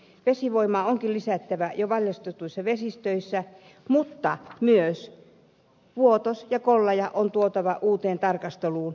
vesivoimaa onkin lisättävä jo valjastetuissa vesistöissä mutta myös vuotos ja kollaja on tuotava uuteen tarkasteluun